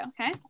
okay